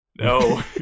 no